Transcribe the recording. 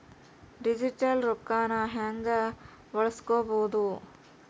Digital ರೊಕ್ಕನ ಹ್ಯೆಂಗ ಬಳಸ್ಕೊಬೊದು?